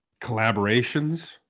collaborations